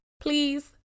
Please